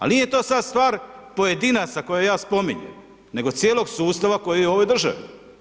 Ali nije to sada stvar pojedinaca koje ja spominjem, nego cijelog sustava koji je u ovoj državi.